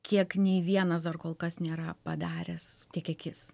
kiek nei vienas dar kol kas nėra padaręs tiek kiek jis